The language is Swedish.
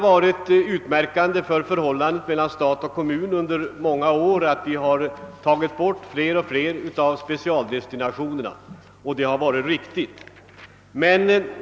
Ut märkande för förhållandet mellan stat och kommun under många år har varit att vi tagit bort fler och fler av specialdestinationerna, och detta är säkerligen riktigt.